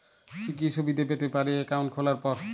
কি কি সুবিধে পেতে পারি একাউন্ট খোলার পর?